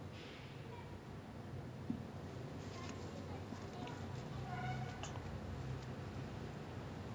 ya you cannot compare liquor because liquor lah வந்து:vanthu there's one very important ingredient which is like wait you know how alcohol is made right